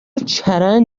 چرند